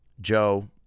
Joe